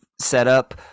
setup